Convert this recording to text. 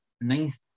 ninth